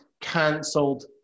cancelled